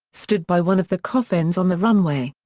stood by one of the coffins on the runway.